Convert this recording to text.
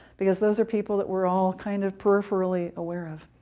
because those are people that we are all kind of peripherally aware of.